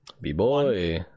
B-Boy